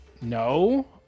No